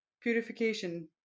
purification